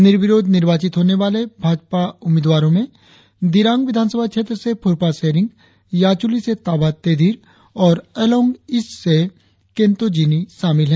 निर्विरोध निर्वाचित होने वाले भाजपा उम्मीदवारो में दिरांग विधानसभा क्षेत्र से फुरपा सेरिंग याचुली से ताबा तेदिर और आलोंग ईस्ट से केंतो जिनी शामिल है